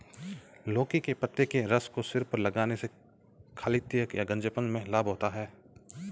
लौकी के पत्ते के रस को सिर पर लगाने से खालित्य या गंजेपन में लाभ होता है